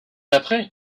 après